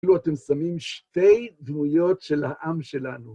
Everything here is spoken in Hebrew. כאילו אתם שמים שתי דמויות של העם שלנו.